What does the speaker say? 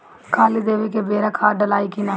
कली देवे के बेरा खाद डालाई कि न?